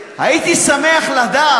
הצלחתם להשתבלל